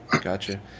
Gotcha